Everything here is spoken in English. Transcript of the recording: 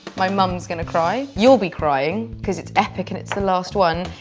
my mum's gonna cry. you'll be crying cause it's epic and it's the last one.